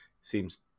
seems